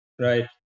Right